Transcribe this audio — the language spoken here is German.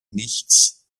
nichts